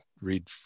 read